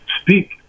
speak